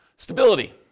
Stability